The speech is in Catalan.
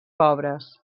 pobres